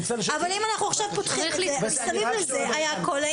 שכנעת אותי.